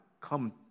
come